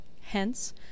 Hence